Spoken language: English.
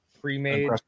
pre-made